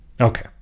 Okay